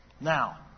Now